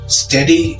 steady